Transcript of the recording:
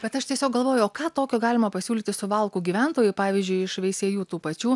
bet aš tiesiog galvoju o ką tokio galima pasiūlyti suvalkų gyventojui pavyzdžiui iš veisiejų tų pačių